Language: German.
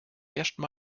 ersten